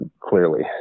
clearly